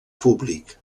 públic